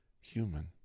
human